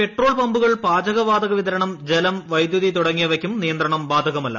petrol പമ്പുകൾ പാചക വാതക വിതരണം വൈദ്യുതി ജലം തുടങ്ങിയവയ്ക്കും നിയന്ത്രണം ബാധകമല്ല